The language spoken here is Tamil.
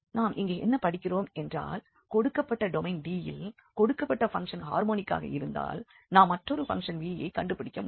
நாம் இங்கே என்ன படிக்கிறோம் என்றால் கொடுக்கப்பட்ட டொமைன் D இல் கொடுக்கப்பட்ட பங்க்ஷன் ஹார்மோனிக்காக இருந்தால் நாம் மற்றொரு பங்க்ஷன் v யை கண்டுபிடிக்க முடியும்